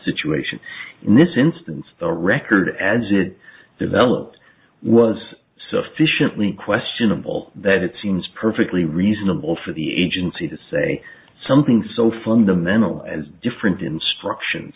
situation in this instance the record as it developed was sufficiently questionable that it seems perfectly reasonable for the agency to say something so fundamental as different instructions